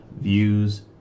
views